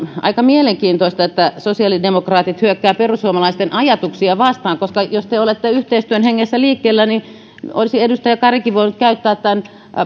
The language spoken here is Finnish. aika mielenkiintoista että sosiaalidemokraatit hyökkäävät perussuomalaisten ajatuksia vastaan koska jos te olette yhteistyön hengessä liikkeellä niin olisi edustaja karikin voinut käyttää tämän